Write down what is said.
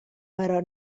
però